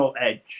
edge